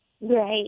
Right